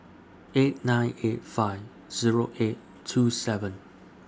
eight nine eight five Zero eight two seven